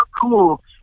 cool